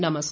नमस्कार